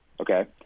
Okay